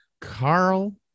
Carl